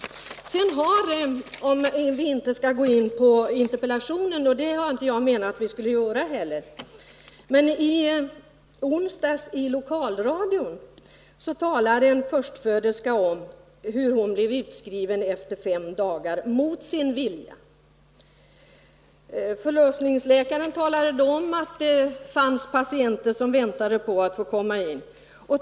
Att vi skall gå in på interpellationen har jag inte heller menat. Jag vill dock nämna att i lokalradion i onsdags talade en förstföderska om hur hon blev utskriven efter fem dagar — mot sin vilja. En läkare talade om att det fanns patienter som väntade på att få komma in.